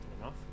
enough